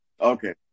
Okay